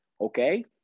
Okay